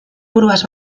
buruaz